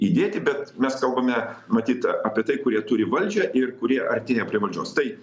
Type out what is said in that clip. įdėti bet mes kalbame matyt apie tai kurie turi valdžią ir kurie artėja prie valdžios tai